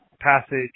passage